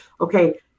okay